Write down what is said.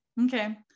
Okay